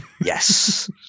yes